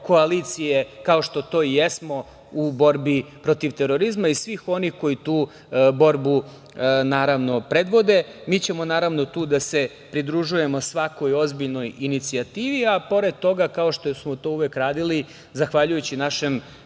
koalicije, kao što to i jesmo, u borbi protiv terorizma i svih onih koji tu borbu predvode. Mi ćemo naravno tu da se pridružujemo svakoj ozbiljnoj inicijativi, a pored toga, kao što smo to uvek radili, zahvaljujući našem